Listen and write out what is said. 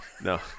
No